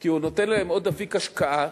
כי הוא נותן להן עוד אפיק השקעה